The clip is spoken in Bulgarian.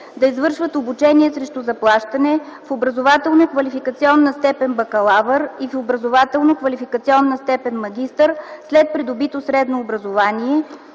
да извършват обучение срещу заплащане в образователно-квалификационна степен „бакалавър” и в образователно-квалификационна степен „магистър” след придобито средно образование,